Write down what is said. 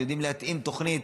שיודעים להתאים תוכנית,